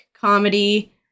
comedy